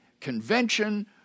convention